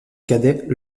cadet